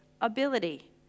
ability